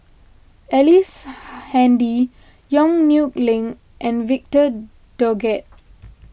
Ellice Handy Yong Nyuk Lin and Victor Doggett